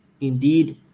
Indeed